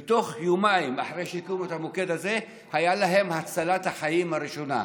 ויומיים אחרי שהקימו את המוקד הזה הייתה להם הצלת החיים הראשונה: